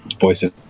voices